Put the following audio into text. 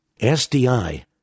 SDI